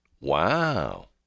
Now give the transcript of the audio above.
Wow